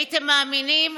הייתם מאמינים?